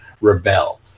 rebel